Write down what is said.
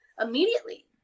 immediately